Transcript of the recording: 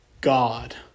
God